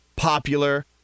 Popular